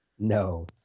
No